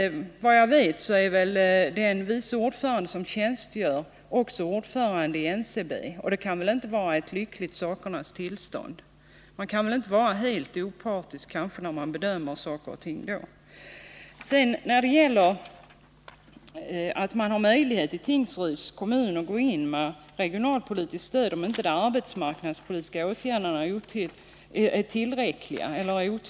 Såvitt jag vet är den vice ordförande som tjänstgör också ordförand i NCB, och det kan väl inte vara ett lyckligt sakernas tillstånd; då kan man kanske inte vara helt opartisk när man bedömer saker och ting. Tingsryds kommun kan gå in med regionalpolitiskt stöd, om inte de arbetsmarknadspolitiska åtgärderna är tillräckliga, sägs det.